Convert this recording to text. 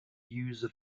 user